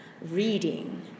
reading